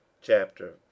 chapter